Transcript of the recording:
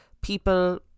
people